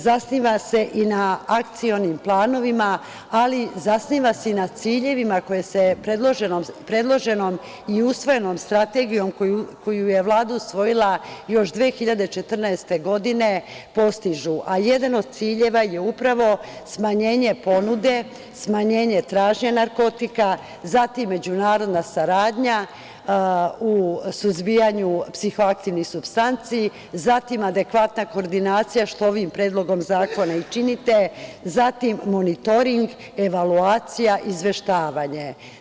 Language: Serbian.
Zasniva se i na akcionim planovima, ali zasniva se i na ciljevima koji se predloženom i usvojenom strategijom, koju je Vlada usvojila još 2014. godine, postižu, a jedan od ciljeva je upravo smanjenje ponude, smanjenje tražnje narkotika, zatim međunarodna saradnja u suzbijanju psihoaktivnih supstanci, zatim adekvatna koordinacija, što ovim Predlogom zakona i činite, zatim monitoring, evaluacija i izveštavanje.